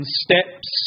steps